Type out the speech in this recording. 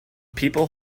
people